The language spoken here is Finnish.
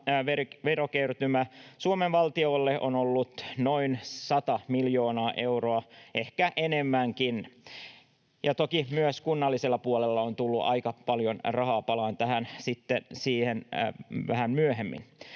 verokertymä Suomen valtiolle on ollut noin 100 miljoonaa euroa, ehkä enemmänkin. Toki myös kunnallisella puolella on tullut aika paljon rahaa, palaan sitten siihen vähän myöhemmin.